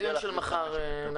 זה הדיון שנקיים מחר.